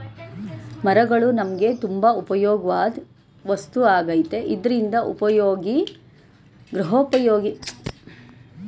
ಮರಗಳು ನಮ್ಗೆ ತುಂಬಾ ಉಪ್ಯೋಗವಾಧ್ ವಸ್ತು ಆಗೈತೆ ಇದ್ರಿಂದ ಗೃಹೋಪಯೋಗಿ ವಸ್ತುನ ತಯಾರ್ಸ್ಬೋದು